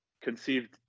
conceived